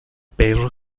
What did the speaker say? perro